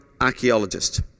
archaeologist